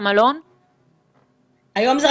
הוא דיבר